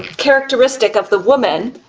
characteristic of the woman.